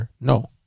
No